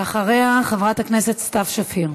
ואחריה, חברת הכנסת סתיו שפיר.